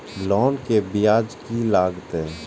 Loan के ब्याज की लागते?